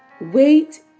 wait